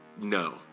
no